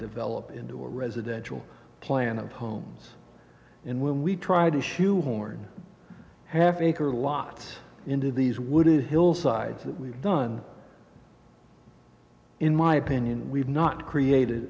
develop into a residential plan of homes and when we try to shoehorn half acre lot into these wooden hillsides that we've done in my opinion we've not creat